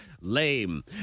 lame